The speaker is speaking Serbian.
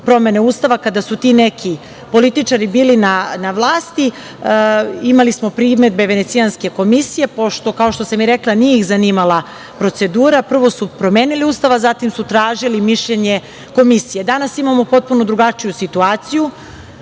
promene Ustava, kada su ti neki političari bili na vlasti, imali smo primedbe Venecijanske komisije, pošto, kao što sam i rekla, nije ih zanimala procedura, prvo su promenili Ustav, a zatim su tražili mišljenje komisije. Danas imamo potpuno drugačiju situaciju.